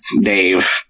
Dave